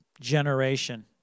generation